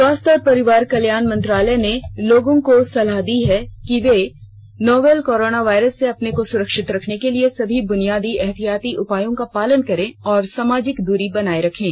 स्वास्थ्य और परिवार कल्याण मंत्रालय ने लोगों को सलाह दी है कि वे नोवल कोरोना वायरस से अपने को सुरक्षित रखने के लिए सभी बुनियादी एहतियाती उपायों का पालन करें और सामाजिक दूरी बनाए रखें